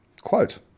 Quote